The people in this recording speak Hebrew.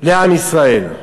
לעם ישראל.